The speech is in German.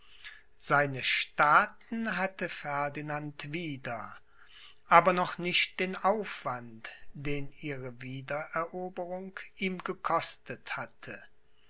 seine staaten hatte ferdinand wieder aber noch nicht den aufwand den ihre wiedereroberung ihm gekostet hatte